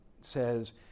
says